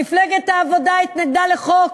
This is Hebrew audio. מפלגת העבודה התנגדה לחוק